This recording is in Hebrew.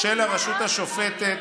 חברת הכנסת אורנה ברביבאי,